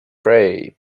pray